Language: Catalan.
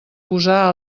posar